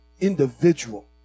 individual